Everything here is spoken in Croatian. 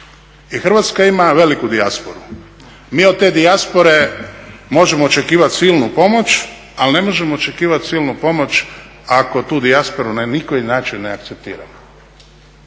Hrvatska ima veliku dijasporu. Mi od te dijaspore možemo očekivati silnu pomoć, ali ne možemo očekivati silnu pomoć ako tu dijasporu na nikoji način ne akceptiramo.